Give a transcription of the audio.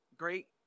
Great